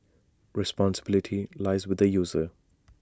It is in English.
responsibility lies with the user